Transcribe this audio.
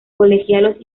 colegiados